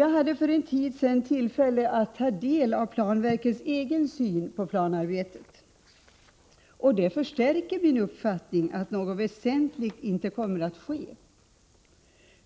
Jag hade för en tid sedan tillfälle att ta del av planverkets egen syn på planarbetet. Detta förstärker min uppfattning att något väsentligt inte kommer att ske.